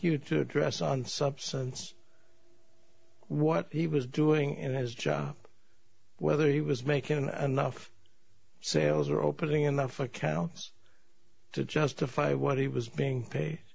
you to address on substance what he was doing in his job whether he was making enough sales or opening enough accounts to justify what he was being